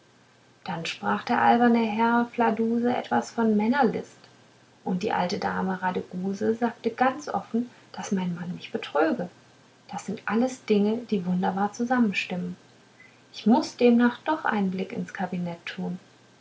dann sprach der alberne herr fladuse etwas von männerlist und die alte dame radeguse sagte ganz offen daß mein mann mich betröge das sind alles dinge die wunderbar zusammen stimmen ich muß demnach doch einen blick in das kabinett tun